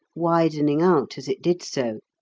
widening out as it did so.